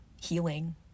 healing